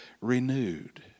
renewed